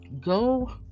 go